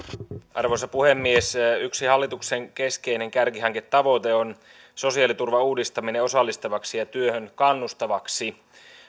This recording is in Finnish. arvoisa puhemies yksi hallituksen keskeinen kärkihanketavoite on sosiaaliturvan uudistaminen osallistavaksi ja työhön kannustavaksi